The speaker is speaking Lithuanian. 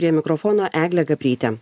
prie mikrofono eglė gabrytė